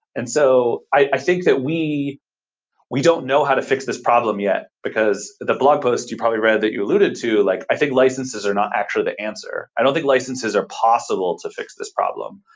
and so, i think that we we don't know how to fix this problem yet, because the blog post you probably read that you alluded to, like i think licenses are not actually the answer. i don't think licenses are possible to fix this problem.